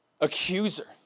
accuser